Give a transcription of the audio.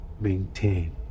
maintain